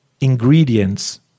ingredients